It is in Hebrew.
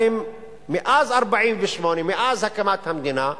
הרי מאז 1948, מאז הקמת המדינה,